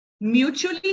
mutually